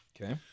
Okay